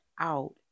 out